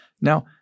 Now